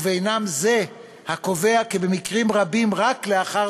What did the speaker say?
וביניהם זה הקובע כי במקרים רבים רק לאחר